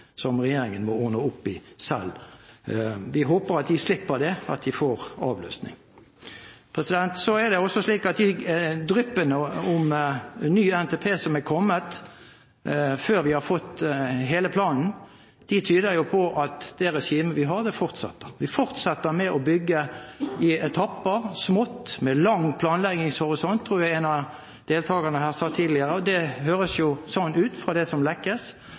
regjeringen må ordne opp i selv. Vi håper at de slipper det, og at de får avløsning. Det er også slik at de dryppene om ny NTP som er kommet før vi har fått hele planen, tyder på at det regimet vi har, fortsetter. Vi fortsetter med å bygge i etapper og smått – med lang planleggingshorisont, tror jeg en av deltagerne her sa tidligere, og det høres sånn ut fra det som lekkes